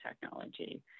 technology